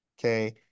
Okay